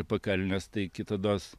pakalnės tai kitados